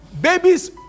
babies